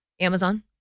Amazon